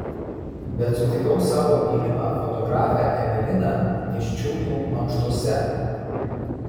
bet sutikau savo mylimą fotografę eveliną nėščiųjų mankštose